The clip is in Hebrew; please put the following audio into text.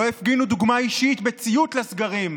לא הפגינו דוגמה אישית בציות לסגרים,